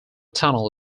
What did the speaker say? tunnel